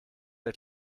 der